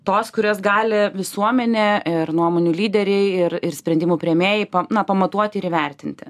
tos kurias gali visuomenė ir nuomonių lyderiai ir ir sprendimų priėmėjai na pamatuoti ir įvertinti